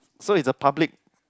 so it's a public